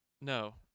no